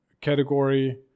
category